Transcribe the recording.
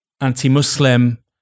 anti-Muslim